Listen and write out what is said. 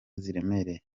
ziremereye